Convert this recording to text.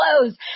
close